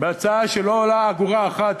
בהצעה שלא עולה אגורה אחת.